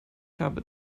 habe